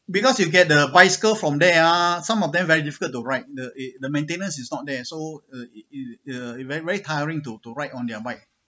because you get the bicycle from there ah some of them very difficult to ride the the maintenance is not there so the the very tiring to to ride on their bike